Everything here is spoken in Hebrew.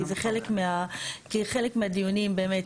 כי זה חלק מהדיונים באמת.